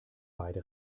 beide